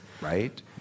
right